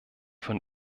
von